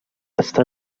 està